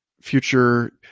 future